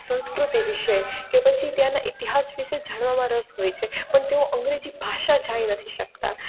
સંસ્કૃતિ વિષે કે પછી ત્યાંના ઇતિહાસ વિષે જાણવામાં રસ હોય છે પણ તેઓ અંગ્રેજી ભાષા જાણી નથી શકતા